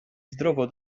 zdrowo